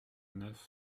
neuf